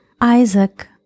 Isaac